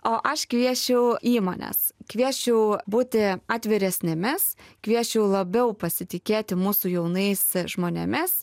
o aš kviesčiau įmones kviesčiau būti atviresnėmis kviesčiau labiau pasitikėti mūsų jaunais žmonėmis